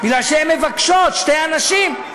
מפני שהן מבקשות, שתי הנשים.